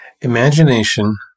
imagination